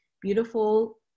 beautiful